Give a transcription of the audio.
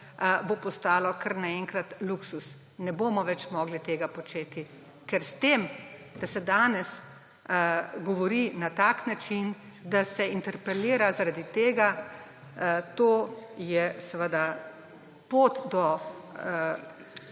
bo postalo kar naenkrat luksuz. Ne bomo več mogli tega početi. Ker s tem, da se danes govori na tak način, da se interpelira zaradi tega, to je seveda pot do